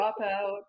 dropout